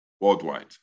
worldwide